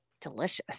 delicious